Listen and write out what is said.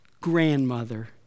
grandmother